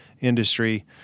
industry